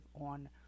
on